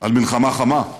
על מלחמה חמה,